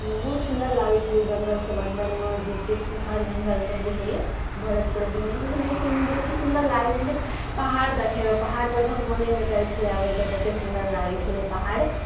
बहुत सुन्दर लागै छलै ओ जङ्गल सभ अन्दरमे जतेक खूँखार जङ्गल सभ जे होइए भड़ल पुरल जङ्गल सभ सभसँ बेसी सुन्दर लागै छलै पहाड़ दखैमे पहाड़पर तऽ मोने नहि करै छलै अबै के तते सुन्दर लागै छलै पहाड़